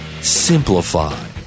Simplify